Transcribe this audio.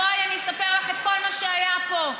בואי אני אספר לך את כל מה שהיה פה,